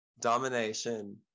domination